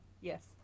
yes